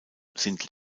sind